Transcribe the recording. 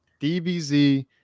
DBZ